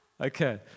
Okay